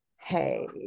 hey